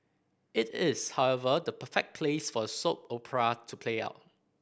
it is however the perfect place for a soap opera to play out